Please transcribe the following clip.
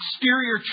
exterior